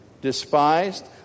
despised